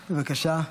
בבקשה.